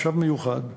מושב מיוחד,